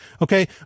Okay